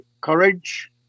Courage